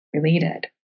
related